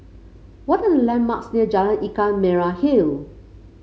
what are the landmarks near Jalan Ikan Merah Hill